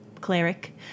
cleric